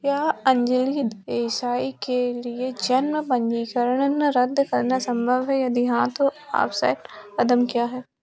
क्या अंजलि देसाई के लिए जन्म पंजीकरण रद्द करना सम्भव है यदि हाँ तो आवश्यक कदम क्या हैं